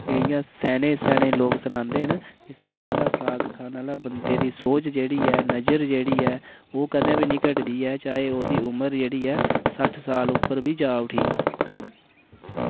इ'यां सेआने सेआने लोग सनांदे न कि सरेआं दा साग खाने आह्ले बंदे दी सोच जेह्ड़ी नज़र जेह्ड़ी ऐ ओह् कदें बी निं घटदी ऐ चाहे ओह्दी उमर जेह्ड़ी ऐ सट्ठ साल उप्पर बी जा उठी